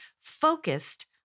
focused